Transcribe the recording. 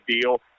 deal